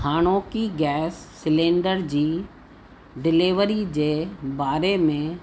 हाणोकि gas cylinder जी delivery जे बारे में